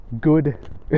Good